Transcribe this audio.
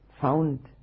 found